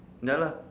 ya lah